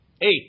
eight